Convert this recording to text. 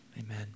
Amen